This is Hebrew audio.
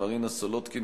מרינה סולודקין,